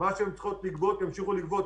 הכפפה ולא ניצלו את התקציב של השוברים.